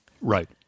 Right